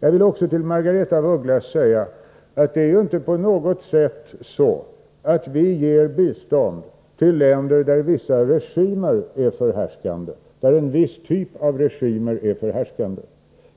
Jag vill också till Margaretha af Ugglas säga att det ingalunda är så att vi ger bistånd till länder där vissa typer av regimer är förhärskande,